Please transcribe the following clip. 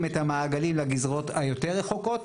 את המעגלים לגזרות היותר רחוקות.